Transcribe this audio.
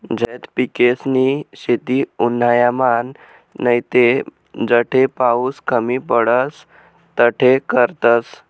झैद पिकेसनी शेती उन्हायामान नैते जठे पाऊस कमी पडस तठे करतस